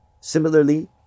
Similarly